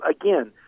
Again